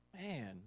Man